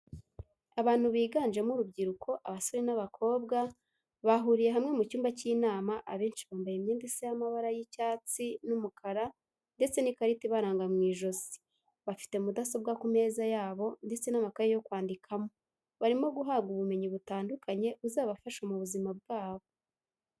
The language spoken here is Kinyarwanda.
Abantu biganjemo urubyiruko abasore n'abakobwa bahuriye hamwe mu cyumba cy'inama abenshi bambaye imyenda isa y'amabara y'icyatsi n'umukara ndetse n'ikarita ibaranga mw'ijosi bafite mudasobwa ku meza yabo ndetse n'amakaye yo kwandikamo, barimo guhabwa ubumenyi butandukanye buzabafasha mu buzima bwabo.